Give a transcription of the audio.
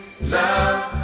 love